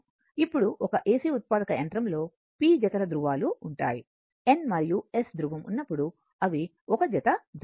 ఇప్పుడు ఒక AC ఉత్పాదక యంత్రంలో p జతల ధృవాలు ఉంటాయి Nమరియు S ధృవం ఉన్నప్పుడు అవి ఒక జత ధృవాలు